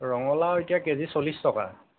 ৰঙালাওৰ এতিয়া কেজি এতিয়া চল্লিছ টকা